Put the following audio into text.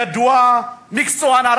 ידוע ומקצוען.